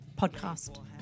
podcast